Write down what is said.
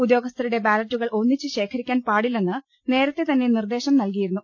ഉദ്യോഗസ്ഥരുടെ ബാലറ്റുകൾ ഒന്നിച്ച് ശേഖ രിക്കാൻ പാടില്ലെന്ന് നേരത്തെത്തന്നെ നിർദേശം നൽകിയിരുന്നു